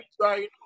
Right